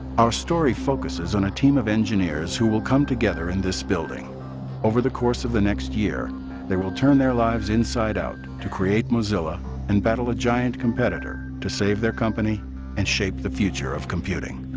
our story focuses on team of engineers who will come together in this building over the course of the next year they will turn their lives inside-out to create mozilla and battle a giant competitor to save their company and shape the future of computing.